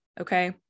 Okay